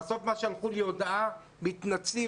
אבל בסוף שלחו לי הודעה: מתנצלים,